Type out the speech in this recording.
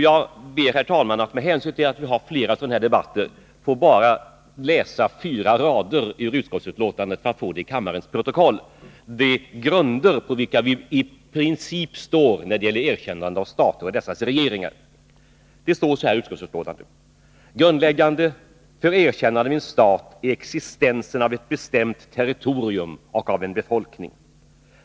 Jag ber, herr talman, med hänsyn till att vi får fler debatter av det här slaget att till kammarens protokoll få läsa fyra rader ur utskottsbetänkandet om de grunder på vilka vi i princip står när det gäller erkännande av stater och deras regeringar: ”Grundläggande för erkännandet av en stat är existensen av ett bestämt territorium och av en befolkning.